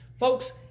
Folks